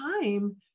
time